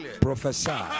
professor